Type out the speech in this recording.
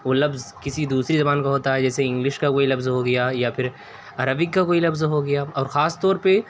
وہ لفظ کسی دوسری زبان کا ہوتا ہے جیسے انگلش کا کوئی لفظ ہوگیا یا پھر عربک کا کوئی لفظ ہوگیا اور خاص طور پہ